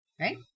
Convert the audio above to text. right